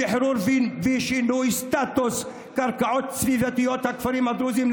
שחרור ושינוי סטטוס קרקעות בסביבת הכפרים הדרוזיים,